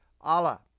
Allah